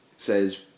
Says